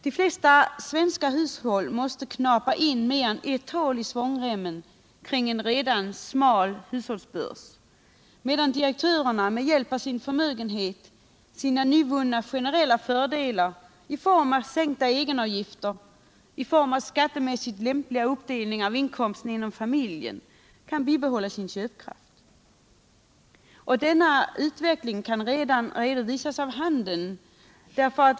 De flesta svenska hushåll måste dra åt mer än ett hål i svångremmen kring en redan smal hushållsbörs, medan direktörerna med hjälp av sin förmögenhet, sina nyvunna generella fördelar i form av sänkta egenavgifter och skaltemässigt lämpliga uppdelningar av inkomsten inom familjen kan bibehålla sin köpkraft. Denna utveckling kan redan redovisas av handeln.